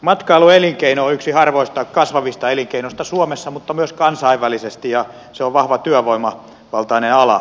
matkailuelinkeino on yksi harvoista kasvavista elinkeinoista suomessa mutta myös kansainvälisesti ja se on vahva työvoimavaltainen ala